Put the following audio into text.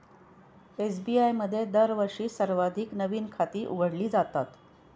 SBI मध्ये दरवर्षी सर्वाधिक नवीन खाती उघडली जातात